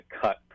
cut